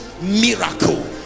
miracle